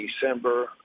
December